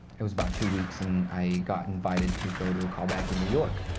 it was about two weeks, and i got invited to go to a callback in new york